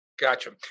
Gotcha